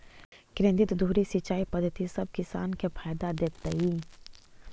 केंद्रीय धुरी सिंचाई पद्धति सब किसान के फायदा देतइ